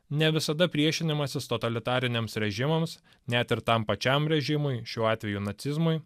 ne visada priešinimasis totalitariniams režimams net ir tam pačiam režimui šiuo atveju nacizmui